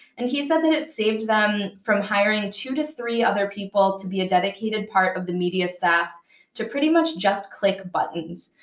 and he said that it saved them from hiring two to three other people to be a dedicated part of the media staff to pretty much just click buttons.